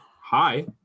hi